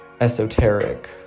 esoteric